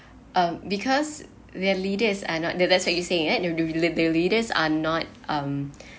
um because their leaders are not there that's what you saying it their leaders are not um